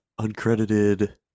uncredited